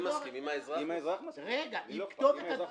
האזרח מסכים לי לא אכפת.